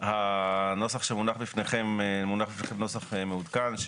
מונח בפניכם נוסח מעודכן,